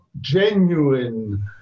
genuine